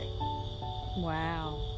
wow